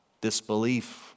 disbelief